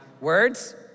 words